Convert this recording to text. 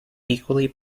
equally